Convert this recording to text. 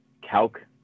Calc